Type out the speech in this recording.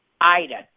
Ida